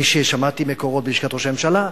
כפי ששמעתי מקורות בלשכת ראש הממשלה,